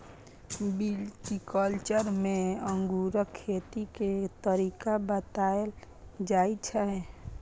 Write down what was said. viticulture मे अंगूरक खेती के तरीका बताएल जाइ छै